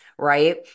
Right